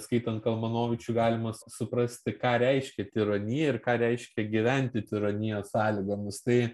skaitant kalmanovičių galima suprasti ką reiškia tironija ir ką reiškia gyventi tironijos sąlygomis tai